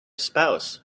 spouse